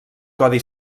codi